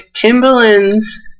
Timberland's